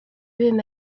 room